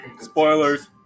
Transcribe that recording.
Spoilers